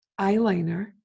eyeliner